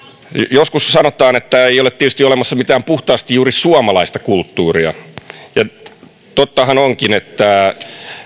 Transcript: joskus sanotaan että ei ole tietysti olemassa mitään puhtaasti juuri suomalaista kulttuuria ja tottahan onkin että